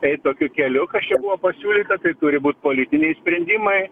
eit tokiu keliu kas čia buvo pasiūlyta tai turi būt politiniai sprendimai